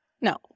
No